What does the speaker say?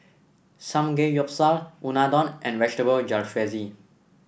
Samgeyopsal Unadon and Vegetable Jalfrezi